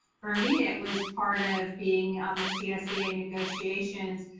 for me, it was part of being on the csea negotiations.